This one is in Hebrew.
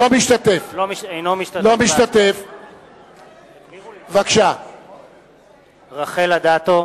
אינו משתתף בהצבעה רחל אדטו,